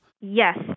Yes